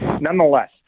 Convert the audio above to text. Nonetheless